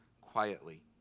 quietly